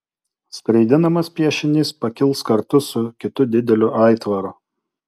skraidinamas piešinys pakils kartu su kitu dideliu aitvaru